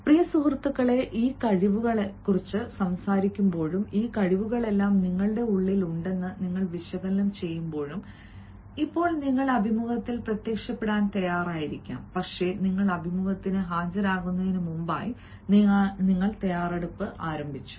പ്രിയ സുഹൃത്തുക്കളേ ഈ കഴിവുകളെക്കുറിച്ച് സംസാരിക്കുമ്പോഴും ഈ കഴിവുകളെല്ലാം നിങ്ങളുടെ ഉള്ളിൽ ഉണ്ടെന്ന് നിങ്ങൾ വിശകലനം ചെയ്യുമ്പോഴും ഇപ്പോൾ നിങ്ങൾ അഭിമുഖത്തിൽ പ്രത്യക്ഷപ്പെടാൻ തയ്യാറായിരിക്കാം പക്ഷേ നിങ്ങൾ അഭിമുഖത്തിന് ഹാജരാകുന്നതിന് മുമ്പായി നിങ്ങൾ തയ്യാറെടുപ്പ് ആരംഭിച്ചു